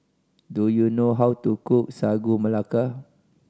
do you know how to cook Sagu Melaka